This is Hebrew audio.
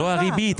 הריבית.